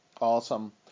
Awesome